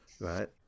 right